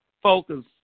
Focus